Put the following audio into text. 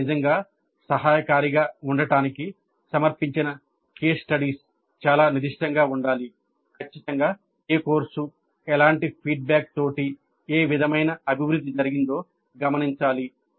ఇది నిజంగా సహాయకారిగా ఉండటానికి సమర్పించిన కేస్ స్టడీస్ చాలా నిర్దిష్టంగా ఉండాలి ఖచ్చితంగా ఏ కోర్సు ఎలాంటి ఫీడ్ బ్యాక్ తోటి ఏ విధమైన అభివృద్ధి జరిగిందో గమనించాలి